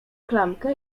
klamkę